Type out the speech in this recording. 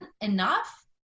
enough